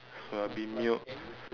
soya bean milk